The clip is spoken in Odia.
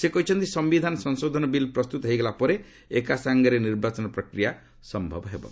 ସେ କହିଛନ୍ତି ସୟିଧାନ ସଂଶୋଧନ ବିଲ୍ ପ୍ରସ୍ତୁତ ହେଇଗଲା ପରେ ଏକା ସାଙ୍ଗରେ ନିର୍ବାଚନ ପ୍ରକ୍ରିୟା ସମ୍ଭବ ହୋଇପାରିବ